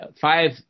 five